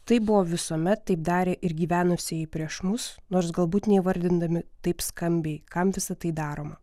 taip buvo visuomet taip darė ir gyvenusieji prieš mus nors galbūt neįvardindami taip skambiai kam visa tai daroma